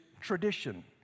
tradition